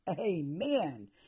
Amen